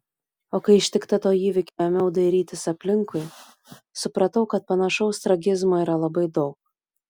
o kai ištikta to įvykio ėmiau dairytis aplinkui supratau kad panašaus tragizmo yra labai daug